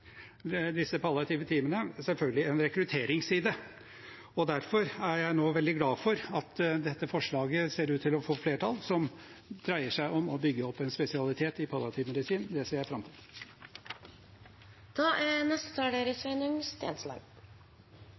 disse palliative teamene selvfølgelig en rekrutteringsside, og derfor er jeg nå veldig glad for at dette forslaget til vedtak– som dreier seg om å bygge opp en spesialitet i palliativ medisin – ser ut til å få flertall. Det ser jeg fram